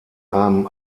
einem